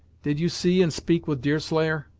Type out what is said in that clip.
did you see and speak with deerslayer?